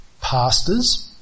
pastors